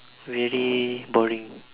very boring